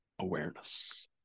awareness